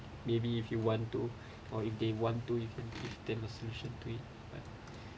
maybe if you want to or if they want to you can give them a solution to it but